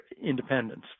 independence